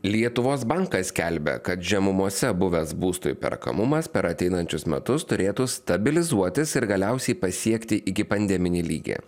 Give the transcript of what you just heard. lietuvos bankas skelbia kad žemumose buvęs būsto įperkamumas per ateinančius metus turėtų stabilizuotis ir galiausiai pasiekti ikipandeminį lygį